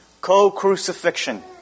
co-crucifixion